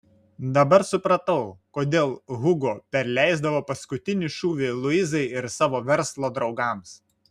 dabar supratau kodėl hugo perleisdavo paskutinį šūvį luizai ir savo verslo draugams